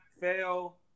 fail